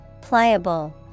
Pliable